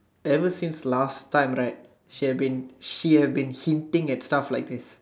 ever since last time right she have been she haven been hinting at stuff like this